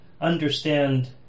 understand